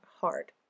hard